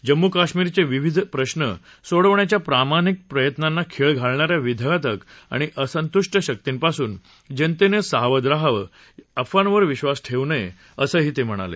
जम्मू कश्मीरचे विविध प्रश्न सोडवण्याच्या प्रामाणिक प्रयत्नांना खिळ घालणा या विघातक आणि असंतुष्ट शक्तींपासून जनतेनं सावध रहावं अफवांवर विश्वास ठेवू नये असं ते म्हणाले